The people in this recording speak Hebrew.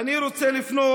אני רוצה לפנות